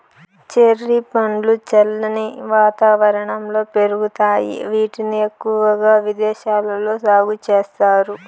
cherry పండ్లు చల్లని వాతావరణంలో పెరుగుతాయి, వీటిని ఎక్కువగా విదేశాలలో సాగు చేస్తారు